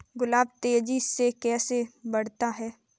गुलाब तेजी से कैसे बढ़ता है?